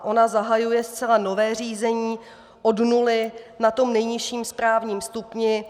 Ona zahajuje zcela nové řízení od nuly, na tom nejnižším správním stupni.